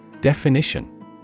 Definition